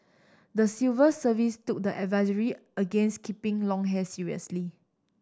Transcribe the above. the civil service took the advisory against keeping long hair seriously